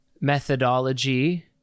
methodology